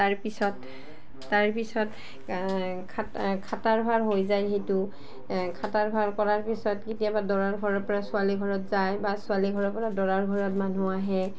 তাৰপিছত তাৰপিছত খ খাটাৰ ভাৰ হৈ যায় সেইটো খাটাৰ ভাৰ কৰাৰ পিছত কেতিয়াবা দৰাৰ ঘৰৰ পৰা ছোৱালী ঘৰত যায় বা ছোৱালী ঘৰৰ পৰা দৰাৰ ঘৰত মানুহ আহে